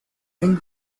end